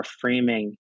framing